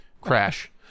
Crash